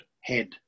head